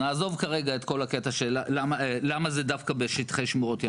נעזוב כרגע את כל הקטע של למה זה דווקא בשטחי שמורות ימיות.